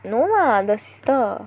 no lah the sister